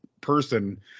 person